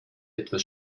etwas